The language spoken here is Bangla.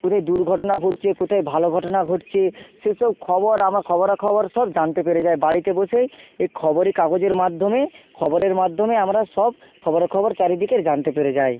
কোথায় দুর্ঘটনা ঘটছে কোথায় ভালো ঘটনা ঘটছে সেসব খবর আমার খবরাখবর সব জানতে পেরে যাই বাড়িতে বসেই এ খবরের কাগজের মাধ্যমে খবরের মাধ্যমে আমরা সব খবরাখবর চারিদিকের জানতে পেরে যাই